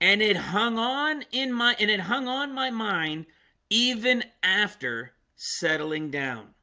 and it hung on in my and it hung on my mind even after settling down